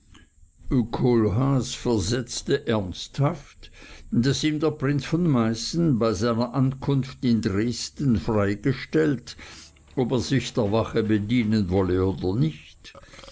versetzte ernsthaft daß ihm der prinz von meißen bei seiner ankunft in dresden freigestellt ob er sich der wache bedienen wolle oder nicht